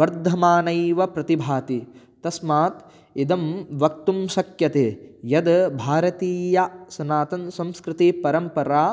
वर्धमानैव प्रतिभाति तस्मात् इदं वक्तुं शक्यते यद् भारतीया सनातनसंस्कृतिपरम्परा